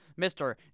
Mr